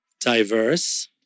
diverse